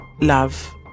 Love